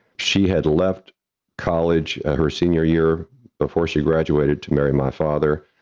she had left college her senior year before she graduated to marry my father.